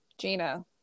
Gina